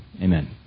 amen